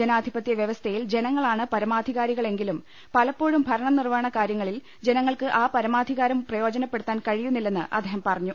ജനാധിപത്യ വൃവസ്ഥയിൽ ജന ങ്ങളാണ് പരമാധികാരികളെങ്കിലും പലപ്പോഴും ഭരണനിർവഹണ കാര്യ ങ്ങളിൽ ജനങ്ങൾക്ക് ആ പരമാധികാരം പ്രയോജനപ്പെടുത്താൻ കഴിയു ന്നില്ലെന്ന് അദ്ദേഹം പറഞ്ഞു